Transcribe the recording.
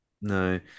No